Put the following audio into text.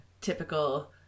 typical